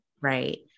right